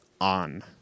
on